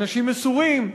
אנשים מסורים.